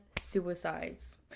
Suicides